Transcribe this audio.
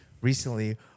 recently